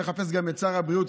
מחפש גם את שר הבריאות,